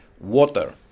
Water